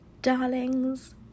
Darlings